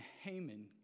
Haman